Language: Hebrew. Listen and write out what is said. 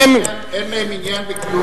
הוא לא כל כך יפה.